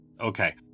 Okay